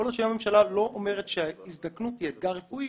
כל עוד הממשלה לא אומרת שההזדקנות היא אתגר רפואי